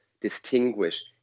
distinguish